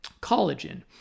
collagen